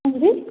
हांजी